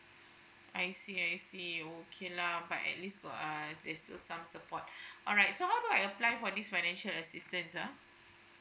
I see I see okay lah but at least for uh there's still some support alright so how do I apply for this financial assistance ah